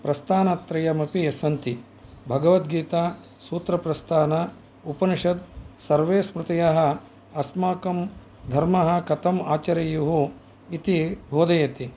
प्रस्थानत्रयमपि सन्ति भगवद्गीता सूत्रप्रस्थान उपनिषत् सर्वे स्मृतयाः अस्माकं धर्मः कथम् आचर्युः इति बोधयन्ति